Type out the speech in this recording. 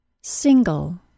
Single